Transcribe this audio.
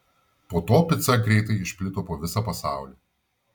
po to pica greitai išplito po visą pasaulį